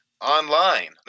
online